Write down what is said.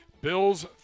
Bills